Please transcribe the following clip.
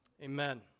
Amen